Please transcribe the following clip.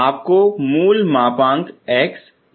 आपको मूल मापांक x लिखना होगा